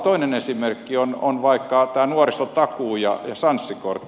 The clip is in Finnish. toinen esimerkki on vaikka nuorisotakuu ja sanssi kortti